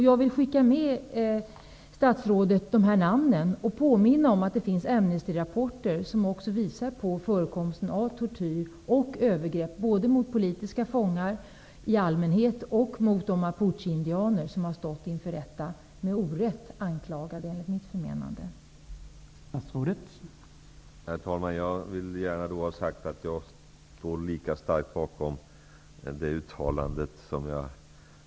Jag vill skicka med statsrådet de här namnen och jag vill påminna om att det finns Amnestyrapporter som visar förekomsten av tortyr och övergrepp, både mot politiska fångar i allmänhet och mot de mapucheindianer som har stått inför rätta, vilka enligt mitt förmenande är orätt anklagade.